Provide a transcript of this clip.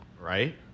Right